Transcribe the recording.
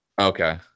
Okay